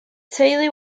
teulu